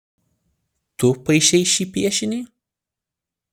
tu paišei šį piešinį